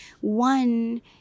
one